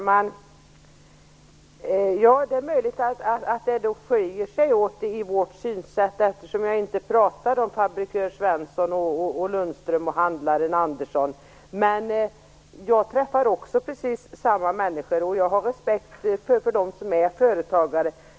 Fru talman! Det är möjligt att våra synsätt skiljer sig åt eftersom jag inte pratade om fabrikörerna Men jag träffar också precis samma människor. Jag har respekt för dem som är företagare.